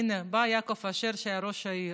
הינה, בא יעקב אשר, שהיה ראש עיר.